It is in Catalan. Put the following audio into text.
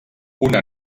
una